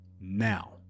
Now